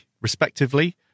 respectively